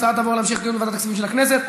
ההצעה תעבור להמשך דיון בוועדת הכספים של הכנסת.